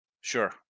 Sure